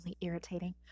irritating